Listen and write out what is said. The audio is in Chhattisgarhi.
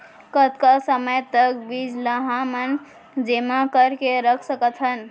कतका समय तक बीज ला हमन जेमा करके रख सकथन?